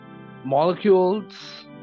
molecules